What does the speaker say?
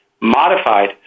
modified